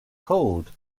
called